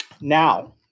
Now